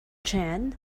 gen